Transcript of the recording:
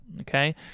okay